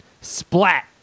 Splat